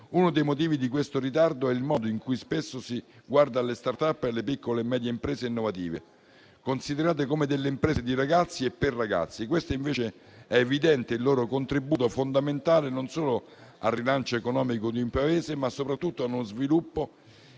Uno dei motivi di questo ritardo è il modo in cui spesso si guarda alle *startup* e alle piccole e medie imprese innovative, considerate come delle imprese di ragazzi e per ragazzi. Invece è evidente il loro contributo fondamentale non solo al rilancio economico di un Paese, ma soprattutto al suo sviluppo